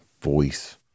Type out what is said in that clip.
voice